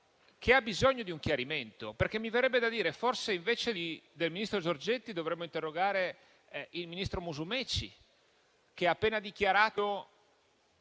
che ha bisogno di un chiarimento. Mi verrebbe da dire, infatti, che forse, invece del ministro Giorgetti, dovremmo interrogare il ministro Musumeci, che ha appena dichiarato